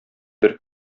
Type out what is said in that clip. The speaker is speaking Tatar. бер